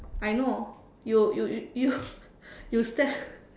I know you you you you you stand